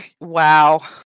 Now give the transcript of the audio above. Wow